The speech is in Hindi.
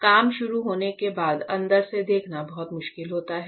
काम शुरू होने के बाद अंदर से देखना बहुत मुश्किल होता है